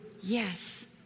yes